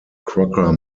crocker